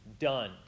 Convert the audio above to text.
Done